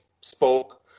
spoke